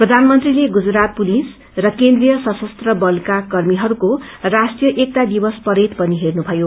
प्रधानमन्त्रीले गुजरात पुलिस र केन्द्रीय सशस्त्र बलका कर्मीहरूको राष्ट्रीय एकता दिवस परेड पनि हेर्नुभयो